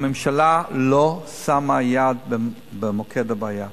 הממשלה לא שמה יד במוקד הבעיה.